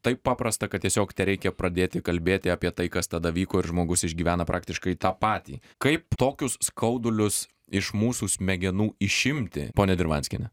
taip paprasta kad tiesiog tereikia pradėti kalbėti apie tai kas tada vyko ir žmogus išgyvena praktiškai tą patį kaip tokius skaudulius iš mūsų smegenų išimti ponia dirvanskiene